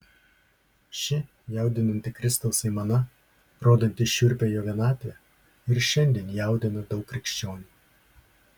ši jaudinanti kristaus aimana rodanti šiurpią jo vienatvę ir šiandien jaudina daug krikščionių